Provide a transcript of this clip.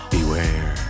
Beware